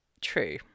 true